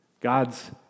God's